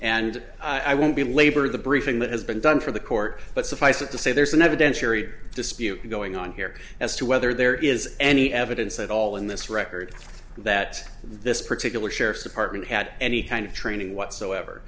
and i won't belabor the briefing that has been done for the court but suffice it to say there's an evidentiary dispute going on here as to whether there is any evidence at all in this record that this particular sheriff's department had any kind of training whatsoever